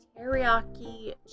Teriyaki